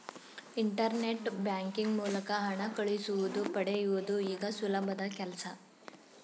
internet banking ಮೂಲಕ ಹಣ ಕಳಿಸುವುದು ಪಡೆಯುವುದು ಈಗ ಸುಲಭದ ಕೆಲ್ಸ